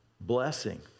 blessing